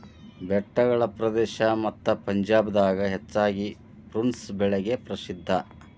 ಬೆಟ್ಟಗಳ ಪ್ರದೇಶ ಮತ್ತ ಪಂಜಾಬ್ ದಾಗ ಹೆಚ್ಚಾಗಿ ಪ್ರುನ್ಸ್ ಬೆಳಿಗೆ ಪ್ರಸಿದ್ಧಾ